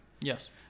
Yes